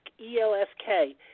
E-L-S-K